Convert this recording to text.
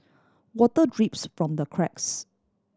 water drips from the cracks